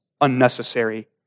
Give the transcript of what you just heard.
unnecessary